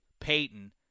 Peyton